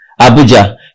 Abuja